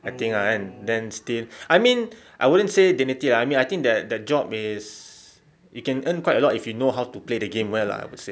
I think ah then still I mean I wouldn't say dignity ah I mean that that job is you can earn quite a lot if you know how to play the game well lah I would say